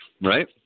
Right